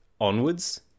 onwards